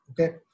Okay